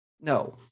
No